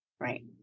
Right